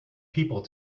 people